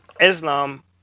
Islam